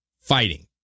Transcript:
fighting